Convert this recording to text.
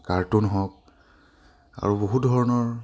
cartoon হওক আৰু বহু ধৰণৰ